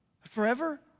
forever